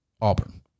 Auburn